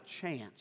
chance